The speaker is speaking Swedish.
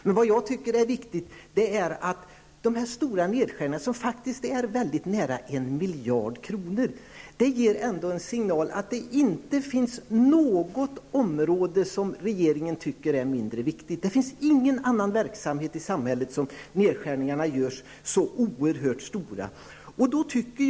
Men vad jag tycker är viktigt är att de stora nedskärningarna, som faktiskt är mycket nära en miljard kronor, ger en signal om att det inte finns något område som regeringen tycker är mindre viktigt. Det finns ingen annan verksamhet i samhället där det görs så oerhört stora nedskärningar.